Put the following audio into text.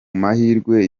mahirwe